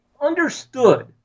understood